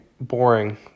boring